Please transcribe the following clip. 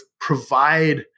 provide